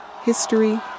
history